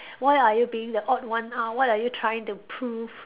why are you being the odd one out what are you trying to prove